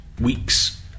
weeks